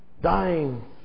dying